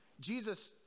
Jesus